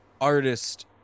artist